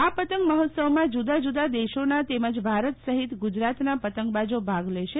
આ પતંગ મહોત્સવમાં જૂદા જૂદા દેશોના તેમજ બારત સહિત ગુજરાતના પતંગબાજો ભાગ લેશે